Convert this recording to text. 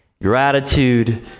gratitude